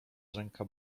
ręka